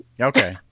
Okay